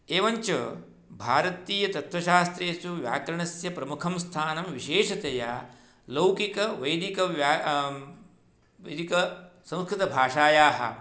एवञ्च भारतीयतत्त्वशास्त्रेषु व्याकरणस्य प्रमुखं स्थानं विशेषतया लौकिक वैदिकव्या वैदिकसंस्कृतभाषायाः